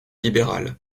libérales